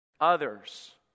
others